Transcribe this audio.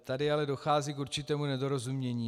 Tady ale dochází k určitému nedorozumění.